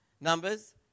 Numbers